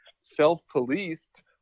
self-policed